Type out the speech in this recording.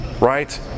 Right